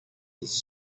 his